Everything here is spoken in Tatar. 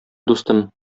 дустым